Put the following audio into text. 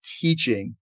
teaching